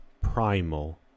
primal